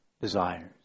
desires